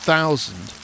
thousand